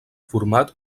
format